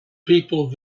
peoples